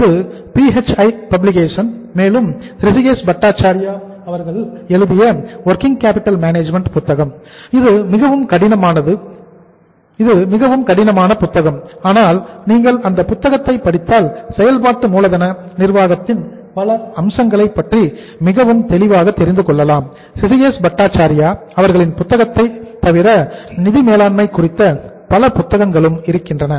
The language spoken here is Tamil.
அது பி ஹெச் ஐ பப்ளிகேஷன் அவர்களின் புத்தகத்தை தவிர நிதி மேலாண்மை குறித்த பல புத்தகங்களும் இருக்கின்றன